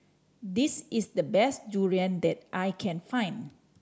this is the best durian that I can find